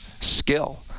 skill